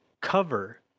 cover